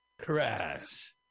Crash